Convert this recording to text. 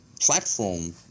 platform